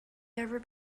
never